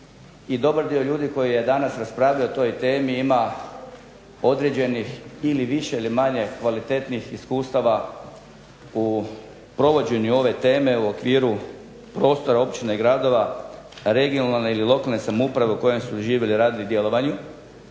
I dobar dio ljudi koji je danas raspravljao o toj temi ima određenih ili više ili manje kvalitetnih iskustava u provođenju ove teme u okviru prostora, općina i gradova regionalne ili lokalne samouprave u kojem su živjeli radu i djelovanju.